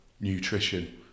Nutrition